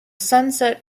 sunset